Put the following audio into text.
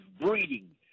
breeding